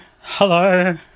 hello